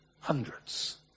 Hundreds